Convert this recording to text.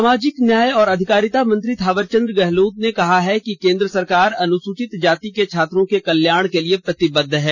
सामाजिक न्याय और अधिकारिता मंत्री थावरचंद गहलोत ने कहा है कि केंद्र सरकार अनुसूचित जाति के छात्रों के कल्याण के लिए प्रतिबद्ध है